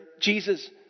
Jesus